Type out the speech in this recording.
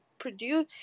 produce